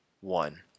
one